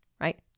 right